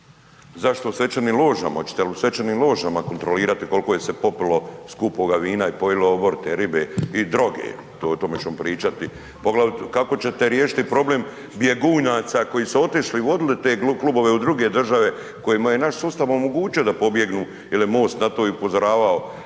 Zašto u svečanim ložama, hoćete li u svečanim ložama kontrolirati koliko je se popilo skupoga vina i pojilo oborite ribe i droge? O tome ćemo pričati? Kako ćete riješiti problem bjegunaca koji su otišli i vodili te klubove u druge države, kojima je naš sustav omogućio da pobjegnu jel je MOST na to i upozoravao